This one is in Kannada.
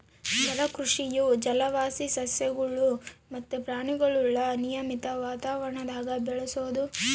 ಜಲಕೃಷಿಯು ಜಲವಾಸಿ ಸಸ್ಯಗುಳು ಮತ್ತೆ ಪ್ರಾಣಿಗುಳ್ನ ನಿಯಮಿತ ವಾತಾವರಣದಾಗ ಬೆಳೆಸೋದು